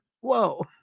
Whoa